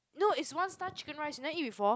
no it's one star chicken rice you never eat before